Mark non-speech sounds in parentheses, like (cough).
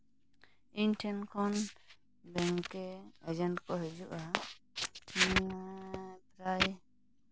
ᱤᱧ ᱴᱷᱮᱱ ᱠᱷᱚᱱ ᱵᱮᱝᱠᱮ ᱮᱡᱮᱱᱴ ᱠᱚ ᱦᱤᱡᱩᱜᱼᱟ (unintelligible)